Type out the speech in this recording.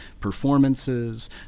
performances